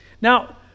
Now